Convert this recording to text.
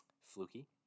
fluky